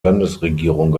landesregierung